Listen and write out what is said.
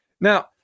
Now